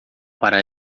para